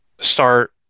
start